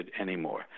anymore